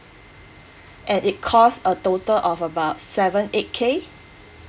and it cost a total of about seven eight K